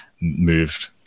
moved